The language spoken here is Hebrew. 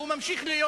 והוא ממשיך להיות